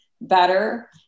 better